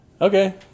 Okay